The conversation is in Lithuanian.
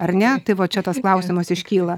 ar ne tai va čia tas klausimas iškyla